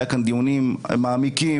היו כאן דיונים מעמיקים,